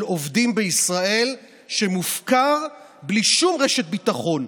עובדים בישראל שמופקר בלי שום רשת ביטחון.